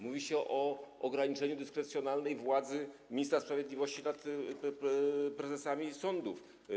Mówi się o ograniczeniu dyskrecjonalnej władzy ministra sprawiedliwości nad prezesami sądów.